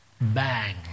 Bang